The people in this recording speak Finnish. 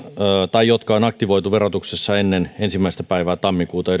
tai jotka on aktivoitu verotuksessa ennen ensimmäinen päivää tammikuuta